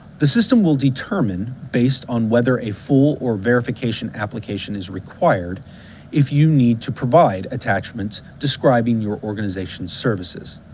the system will determine based on whether a full or verification application is required if you need to provide attachments describing your organization's services.